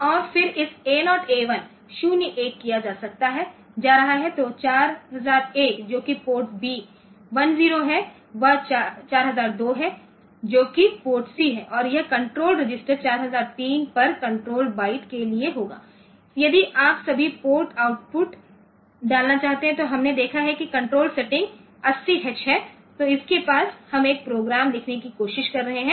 और फिर इस A0 A10 1 किया जा रहा है तो 4001 जो कि पोर्ट B 10 है वह 4002 है जो कि पोर्ट C है और यह कंट्रोल रजिस्टर 4003 पर कंट्रोल बाइट के लिए होगा यदि आप सभी पोर्ट आउटपुट डालना चाहते हैं तो हमने देखा कि कण्ट्रोल सेटिंग 80H है